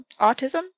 autism